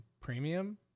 Premium